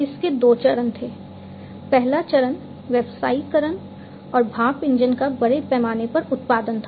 इसके दो चरण थे पहला चरण व्यावसायीकरण और भाप इंजन का बड़े पैमाने पर उत्पादन था